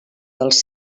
dels